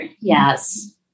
yes